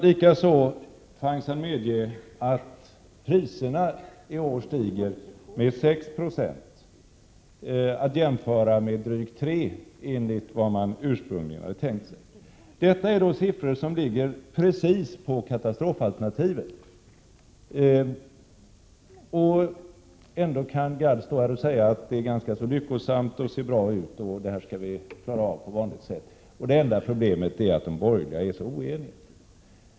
Likaså tvangs han medge att priserna i år stiger med 6 96, att jämföra med drygt 3 enligt vad man ursprungligen tänkt sig. Detta är siffror som ligger precis på katastrofalternativet. Ändå kan Gadd stå här säga att det är ganska lyckosamt och ser bra ut, och det här skall vi klara på vanligt sätt. Det enda problemet är att de borgerliga är så oeniga.